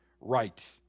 right